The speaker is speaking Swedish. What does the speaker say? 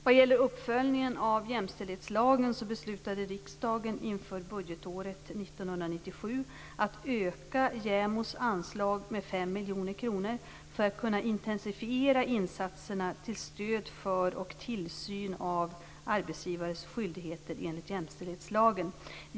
Vad gäller uppföljningen av jämställdhetslagen beslutade riksdagen inför budgetåret 1997 att öka JämO:s anslag med 5 miljoner kronor för att kunna intensifiera insatserna till stöd för och tillsyn av arbetsgivares skyldigheter enligt jämställdhetslagen.